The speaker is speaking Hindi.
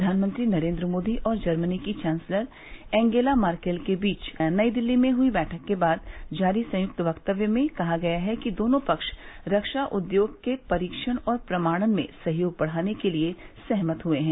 प्रधानमंत्री नरेंद्र मोदी और जर्मनी की चांसलर एंगेला मर्केल के बीच नई दिल्ली में हई बैठक के बाद जारी संयुक्त वक्तव्य में कहा गया है कि दोनों पक्ष रक्षा उद्योग के परीक्षण और प्रमाणन में सहयोग बढ़ाने के लिए सहमत हुए हैं